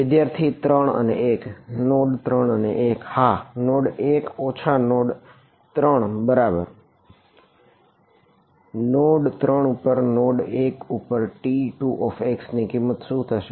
વિદ્યાર્થી 3 અને 1 નોડ 3 અને 1 હા નોડ 1 ઉપર T2x ની કિંમત શું છે